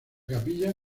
capilla